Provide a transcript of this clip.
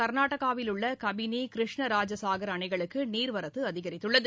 கர்நாடகாவில் உள்ள கபினி கிருஷ்ணராஜசாகர் அணைகளுக்கு நீர்வரத்து அதிகரித்துள்ளது